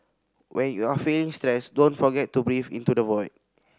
when you are feeling stressed don't forget to breathe into the void